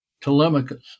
Telemachus